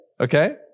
okay